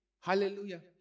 Hallelujah